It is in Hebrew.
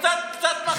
קצת קצת מחשבה.